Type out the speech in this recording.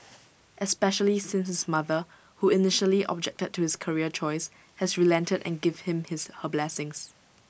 especially since his mother who initially objected to his career choice has relented and given him his her blessings